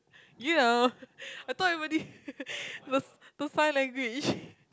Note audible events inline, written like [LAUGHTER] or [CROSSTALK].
you know I thought everybody [LAUGHS] the the sign language [BREATH]